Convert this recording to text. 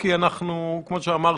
כי, כפי שאמרתי,